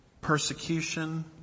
persecution